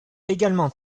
également